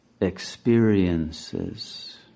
experiences